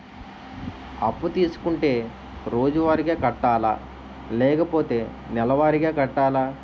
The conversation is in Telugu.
అప్పు తీసుకుంటే రోజువారిగా కట్టాలా? లేకపోతే నెలవారీగా కట్టాలా?